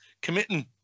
committing